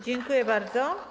Dziękuję bardzo.